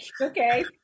Okay